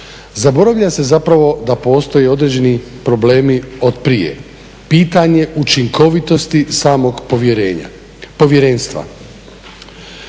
Zaboravlja se zapravo da postoje određeni problemi od prije, pitanje učinkovitosti samog povjerenstva.